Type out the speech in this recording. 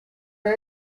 hoy